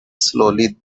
slowly